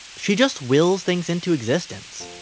she just wills things into existence.